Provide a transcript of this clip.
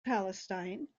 palestine